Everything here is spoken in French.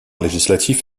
législatif